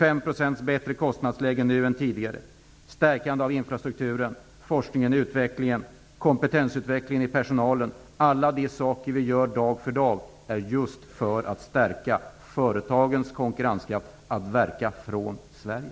Ett kostnadsläge som nu är 25 % bättre än tidigare, ett stärkande av infrastrukturen, forskningen och utvecklingen samt av kompetensutvecklingen på personalsidan, ja, alla de saker som vi gör dag för dag är just till för att stärka företagens konkurrenskraft när det gäller att verka från Sverige.